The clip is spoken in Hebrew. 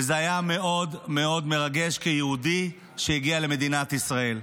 וזה היה מאוד מאוד מרגש כיהודי שהגיע למדינת ישראל.